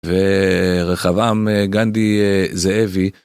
ורחבעם גנדי זאבי.